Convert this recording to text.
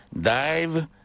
dive